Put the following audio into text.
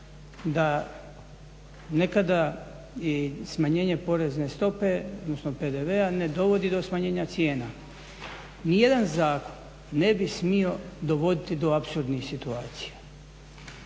da nekada i smanjenje porezne stope odnosno PDV-a ne dovodi do smanjenja cijena. Nijedan zakon ne bi smio dovoditi do apsurdnih situacija,